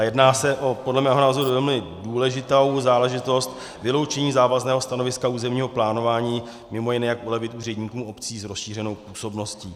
Jedná se podle mého názoru o velmi důležitou záležitost vyloučení závazného stanoviska územního plánování, mimo jiné jak ulevit úředníkům obcí s rozšířenou působností.